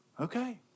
Okay